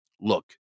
Look